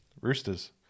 Roosters